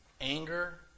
Anger